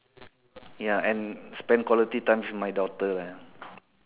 ya and spend quality times with my daughter lah